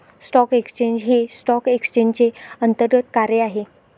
stock exchange हे stock एक्सचेंजचे अंतर्गत कार्य आहे